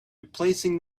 replacing